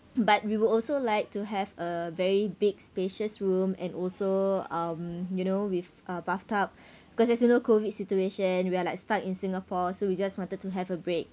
but we would also like to have a very big spacious room and also um you know with a bathtub because there's you know COVID situation we're like stuck in singapore so we just wanted to have a break